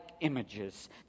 images